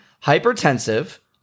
hypertensive